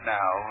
now